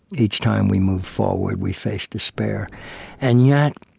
each time we move forward, we face despair and yet,